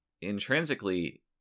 intrinsically